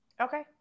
okay